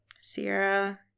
Sierra